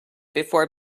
before